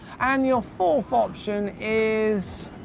and your fourth option is,